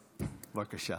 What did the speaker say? בבקשה.